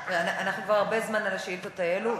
אנחנו כבר הרבה זמן על השאילתות האלו.